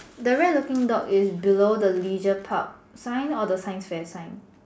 the rare looking dog is below the leisure park sign or the science fair sign